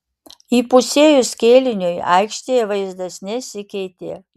įpusėjus kėliniui aikštėje vaizdas nesikeitė